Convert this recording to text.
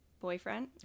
boyfriend